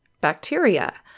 bacteria